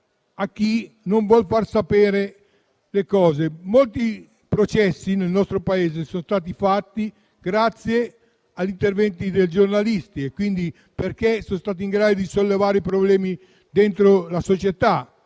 a chi non vuol far sapere le cose. Molti processi nel nostro Paese sono stati fatti grazie a interventi di giornalisti che sono stati in grado di sollevare problemi dentro la società,